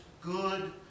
good